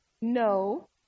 no